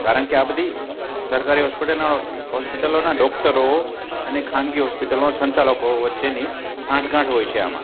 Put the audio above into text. કારણ કે આ બધી સરકારી હોસ્પિટલના હોસ્પિટલોના ડોક્ટરો અને ખાનગી હોસ્પિટલોના સંચાલકો વચ્ચેની સાંઠગાંઠ હોય છે આમાં